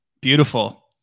Beautiful